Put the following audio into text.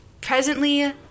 presently